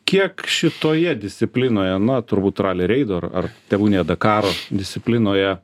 kiek šitoje disciplinoje na turbūt ralio reido ar ar tebūnie dakaro disciplinoje